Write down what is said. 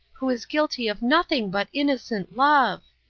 who is guilty of nothing but innocent love.